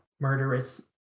murderous